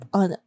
on